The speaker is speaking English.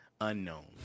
Unknown